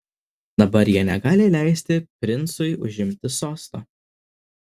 dabar jie negali leisti princui užimti sosto